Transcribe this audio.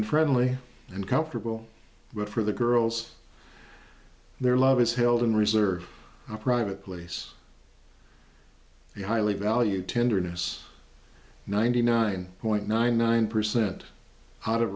and friendly and comfortable but for the girls their love is held in reserve a private place we highly value tenderness ninety nine point nine nine percent out of